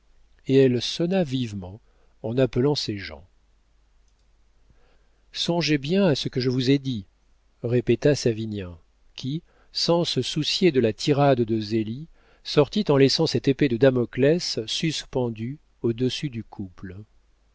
et elle sonna vivement en appelant ses gens songez bien à ce que je vous ai dit répéta savinien qui sans se soucier de la tirade de zélie sortit en laissant cette épée de damoclès suspendue au-dessus du couple